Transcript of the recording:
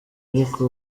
ariko